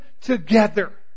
together